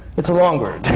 it's a long route!